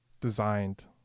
designed